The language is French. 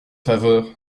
faveur